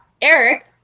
Eric